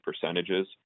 percentages